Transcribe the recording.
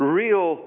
real